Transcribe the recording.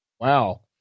Wow